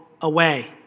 away